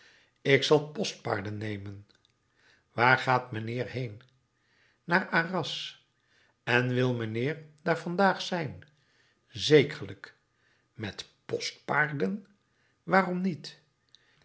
ik zal postpaarden nemen waar gaat mijnheer heen naar arras en wil mijnheer daar vandaag zijn zekerlijk met postpaarden waarom niet